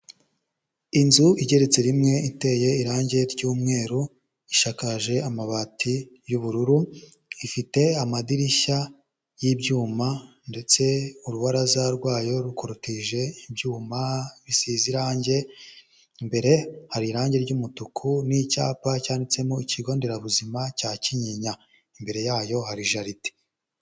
Inzu igeretse rimwe, iteye irange ry'umweru, ishakaje amabati y'ubururu, ifite amadirishya y'ibyuma ndetse urubaraza rwayo rukorotije ibyuma bisize irange, imbere hari irange ry'umutuku n'icyapa cyanditsemo ikigo nderabuzima cya Kinyinya. Imbere yayo hari jaride.